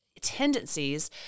tendencies